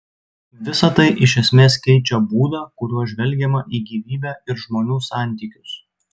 visa tai iš esmės keičia būdą kuriuo žvelgiama į gyvybę ir žmonių santykius